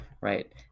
right